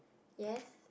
yes